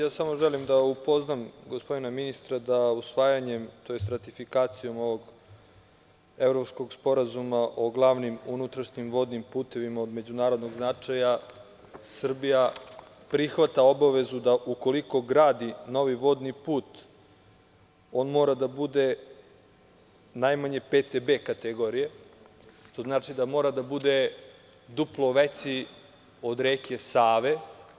Samo želim da upoznam gospodina ministra da usvajanjem tj. ratifikacijom ovog Evropskog sporazuma o glavnim unutrašnjim vodnim putevima od međunarodnog značaja, Srbija prihvata obavezu da ukoliko gradi novi vodni put, on mora da bude najmanje pete B kategorije, što znači da mora da bude duplo veći od reke Save.